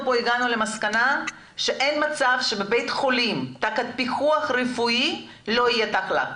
הגענו למסקנה שאין מצב שבבית חולים תחת פיקוח רפואי לא יהיה תא לחץ.